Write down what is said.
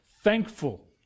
thankful